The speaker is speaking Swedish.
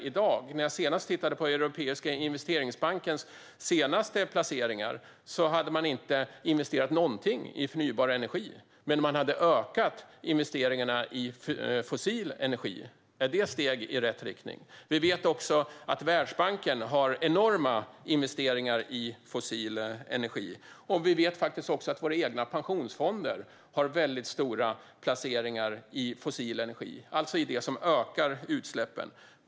När jag så sent som i dag tittade på Europeiska investeringsbankens senaste placeringar hade man inte investerat någonting i förnybar energi men hade ökat investeringarna i fossil energi. Är detta steg i rätt riktning? Vi vet också att Världsbanken har enorma investeringar i fossil energi. Och vi vet att våra egna pensionsfonder faktiskt har väldigt stora placeringar i fossil energi, alltså i det som ökar utsläppen.